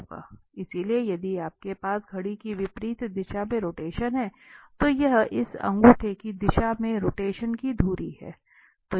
इसलिए यदि आपके पास घड़ी की विपरीत दिशा में रोटेशन है तो यह इस अंगूठे की दिशा में रोटेशन की धुरी है